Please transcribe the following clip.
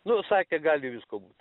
nu sakė gali visko būt